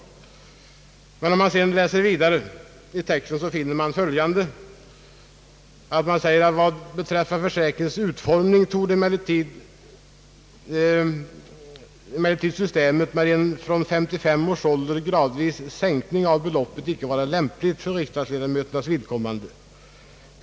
Läser man vidare i texten finner man dock följande: »Vad beträffar försäkringens utformning torde emellertid systemet med en från 55 års ålder gradvis sänkning av beloppet icke vara lämplig för riksdagsledamöternas vidkommande.